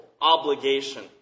obligation